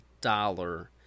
dollar